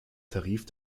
tarif